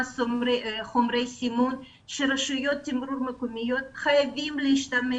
חומרי סימון שרשויות תמרור מקומיות חייבות להשתמש